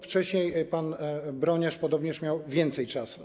Wcześniej pan Broniarz podobnież miał więcej czasu.